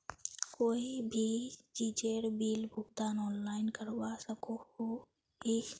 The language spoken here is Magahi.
कोई भी चीजेर बिल भुगतान ऑनलाइन करवा सकोहो ही?